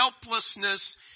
helplessness